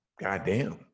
goddamn